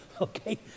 Okay